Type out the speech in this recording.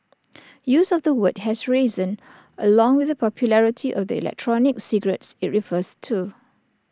use of the word has risen along with the popularity of the electronic cigarettes IT refers to